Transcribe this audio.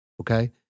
Okay